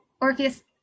Orpheus